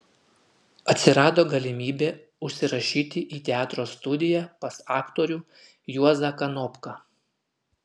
atsirado galimybė užsirašyti į teatro studiją pas aktorių juozą kanopką